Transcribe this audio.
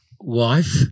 wife